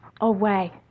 away